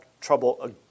trouble